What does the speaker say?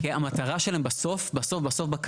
כי המטרה שלהם בסוף בסוף, בקצה.